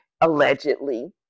allegedly